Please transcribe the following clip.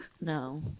No